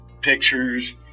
pictures